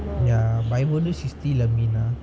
ya but if only she's still a minah